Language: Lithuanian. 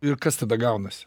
ir kas tada gaunasi